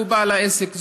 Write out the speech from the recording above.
שהוא בעל העסק,